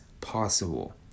possible